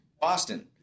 Boston